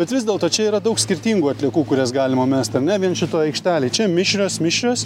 bet vis dėlto čia yra daug skirtingų atliekų kurias galima mest ar ne vien šitoj aikštelėj čia mišrios mišrios